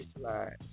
slide